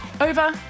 Over